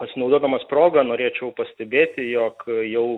pasinaudodamas proga norėčiau pastebėti jog jau